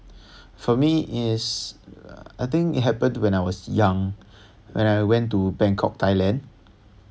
for me is I think it happened when I was young when I went to bangkok thailand